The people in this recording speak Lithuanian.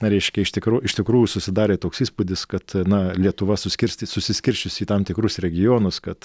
reiškia iš tikrų iš tikrųjų susidarė toks įspūdis kad na lietuva suskirstyt susiskirsčiusi į tam tikrus regionus kad